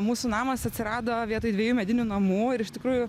mūsų namas atsirado vietoj dviejų medinių namų ir iš tikrųjų